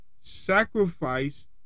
sacrifice